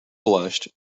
blushed